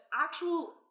actual